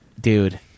dude